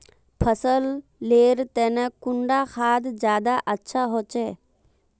फसल लेर तने कुंडा खाद ज्यादा अच्छा होचे?